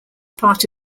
part